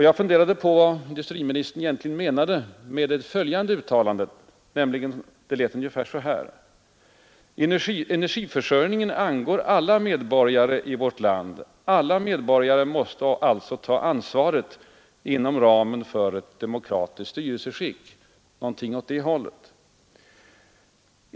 Jag funderade på vad industriministern egentligen menade med det följande uttalandet — det lät ungefär så här: Energiförsörjningen angår alla medborgare i vårt land. Alla medborgare måste alltså ta ansvaret inom ramen för ett demokratiskt styrelseskick.